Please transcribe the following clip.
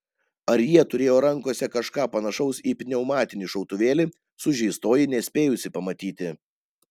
ar jie turėjo rankose kažką panašaus į pneumatinį šautuvėlį sužeistoji nespėjusi pamatyti